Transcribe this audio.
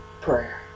prayer